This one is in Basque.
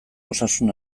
osasun